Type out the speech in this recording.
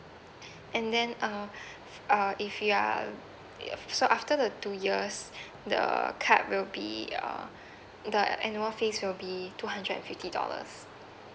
and then uh uh if you are uh so after the two years the card will be uh the annual fees will be two hundred and fifty dollars